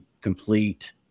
complete